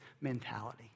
mentality